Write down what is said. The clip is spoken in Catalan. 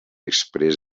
exprés